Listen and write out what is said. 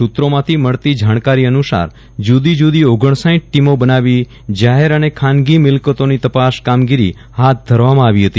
સુત્રોમાંથી મળતી જાણકારી અનુસાર જુદી જુદી ટીમો બનાવી જાહેર અને ખાનગી મિલકતો ની તપાસ કામગીરી હાથ ધરવામાં આવી હતી